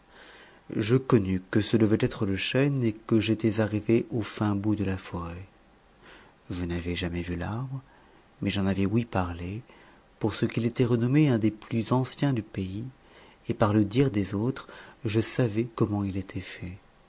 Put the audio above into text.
je connus que ce devait être le chêne et que j'étais arrivé au fin bout de la forêt je n'avais jamais vu l'arbre mais j'en avais ouï parler pour ce qu'il était renommé un des plus anciens du pays et par le dire des autres je savais comment il était fait